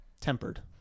tempered